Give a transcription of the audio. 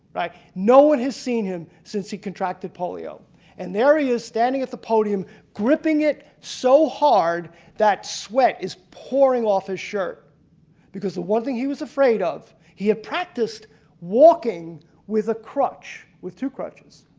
right. no one has seen him since he contracted polio and there he is standing at the podium gripping it so hard that sweat is poring off his shirt because the one thing he was afraid of. he had practiced walking with a crutch. with two crutches.